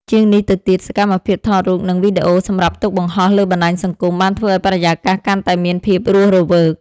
ជាងនេះទៅទៀត សកម្មភាពថតរូប និងវីដេអូសម្រាប់ទុកបង្ហោះលើបណ្ដាញសង្គម បានធ្វើឱ្យបរិយាកាសកាន់តែមានភាពរស់រវើក។